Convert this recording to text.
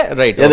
right